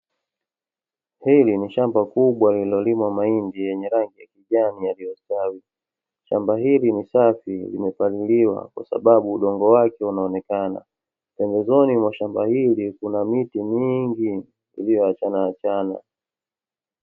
Hili ni shamba kubwa lilolimwa mahindi yenye rangi ya kijani yaliyostawi. Shamba hili ni safi limepangiliwa kwa sababu udongo wake unaonekana, pembezoni mwa shamba hili kuna miti mingi iliyoachana achana.